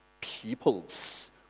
Peoples